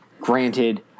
granted